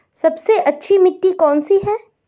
सबसे अच्छी मिट्टी कौन सी है?